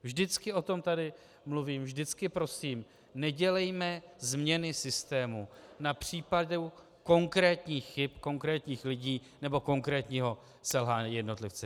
Vždycky o tom tady mluvím, vždycky prosím, nedělejme změny systému na případu konkrétních chyb konkrétních lidí nebo konkrétního selhání jednotlivce.